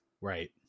Right